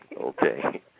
Okay